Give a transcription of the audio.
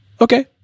okay